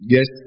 Yes